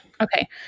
Okay